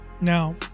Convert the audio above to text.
Now